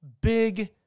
big